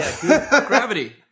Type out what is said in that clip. Gravity